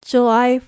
July